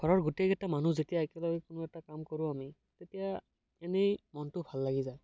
ঘৰৰ গোটেইকেইটা মানুহ যেতিয়া একেলগে কোনো এটা কাম কৰোঁ আমি তেতিয়া এনেই মনতো ভাল লাগি যায়